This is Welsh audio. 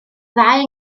ddau